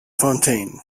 fontaine